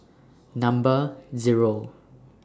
Number Zero